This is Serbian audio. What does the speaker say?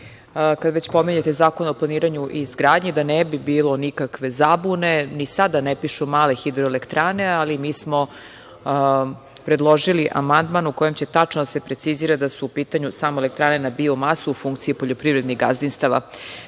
već pominjete Zakon o planiranju i izgradnji, da ne bi bilo nikakve zabune, ni sada ne pišu male hidroelektrane, ali mi smo predložili amandman u kojem će tačno da se precizira da su u pitanju samo elektrane na biomasu u funkciji poljoprivrednih gazdinstava. Druga